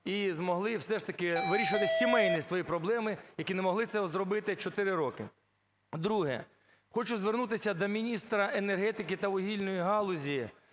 і змогли все ж таки вирішити сімейні свої проблеми, які не могли цього зробити чотири роки. Друге. Хочу звернутися до міністра енергетики та вугільної галузі